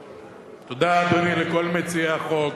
תודה, אדוני, לכל מציעי החוק,